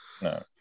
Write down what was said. No